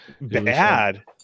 bad